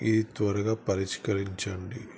ఈ త్వరగా పరిష్కరించండి